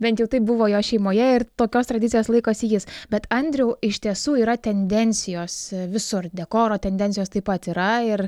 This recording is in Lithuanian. bent jau taip buvo jo šeimoje ir tokios tradicijos laikosi jis bet andriau iš tiesų yra tendencijos visur dekoro tendencijos taip pat yra ir